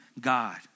God